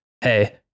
Hey